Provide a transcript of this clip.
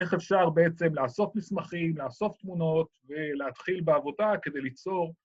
איך אפשר בעצם לאסוף מסמכים, לאסוף תמונות ולהתחיל בעבודה כדי ליצור